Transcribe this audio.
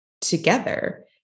together